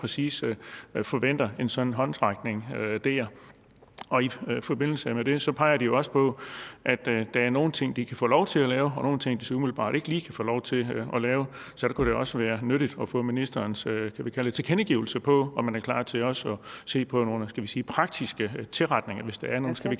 forventer en sådan håndsrækning. I forbindelse med det peger de jo også på, at der er nogle ting, de kan få lov til at lave, og nogle ting, de så umiddelbart ikke lige kan få lov til at lave. I den forbindelse kunne det også være nyttigt at få ministerens tilkendegivelse af, om man er klar til også at se på nogle praktiske tilretninger, hvis der er nogle